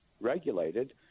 regulated